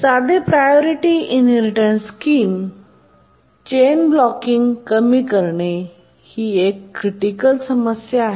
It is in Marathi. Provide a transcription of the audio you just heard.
साधे प्रायोरिटी इनहेरिटेन्स स्कीम योजनेत चैन ब्लॉकिंग करणे ही एक क्रिटिकल समस्या आहे